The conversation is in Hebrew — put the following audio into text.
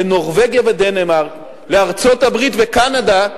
לנורבגיה ודנמרק, לארצות-הברית וקנדה,